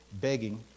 Begging